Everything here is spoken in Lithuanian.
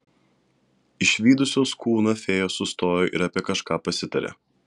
išvydusios kūną fėjos sustojo ir apie kažką pasitarė